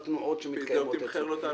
הוא גם תמחר לו את ההלוואה.